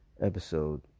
episode